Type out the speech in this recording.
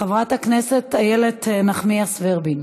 חברת הכנסת איילת נחמיאס ורבין,